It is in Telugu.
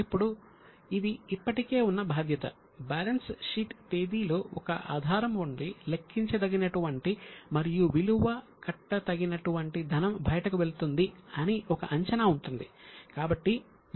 ఇప్పుడు ఇది ఇప్పటికే ఉన్న బాధ్యత బ్యాలెన్స్ షీట్ తేదీలో ఒక ఆధారం ఉండి లెక్కించదగినటువంటి మరియు విలువ కట్ట తగినటువంటి ధనం బయటకు వెళుతుంది అని ఒక అంచనా ఉంటుంది